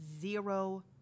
zero-